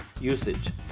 usage